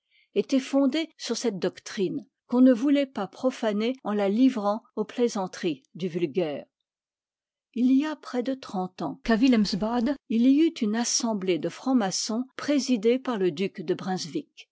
étaient fondés sur cette doctrine qu'on ne voulait pas profaner en la livrant aux plaisanteries du vulgaire il y a près de trente ans qu'à wilhelms bad il y eut une assemblée de francs-maçons présidée par le duc de brunswich